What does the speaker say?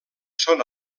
són